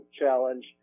challenge